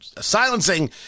silencing